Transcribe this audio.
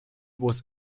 was